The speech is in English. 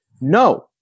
no